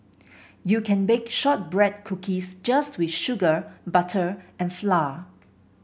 you can bake shortbread cookies just with sugar butter and flour